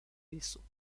vaisseaux